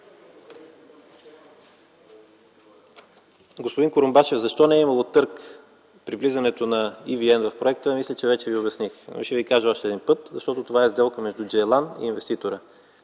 Господин Курумбашев, защо не е имало търг при влизането на EVN в проекта мисля, че вече Ви обясних. Ще Ви кажа още един път, защото това е сделка между „Джейлан” и инвеститора.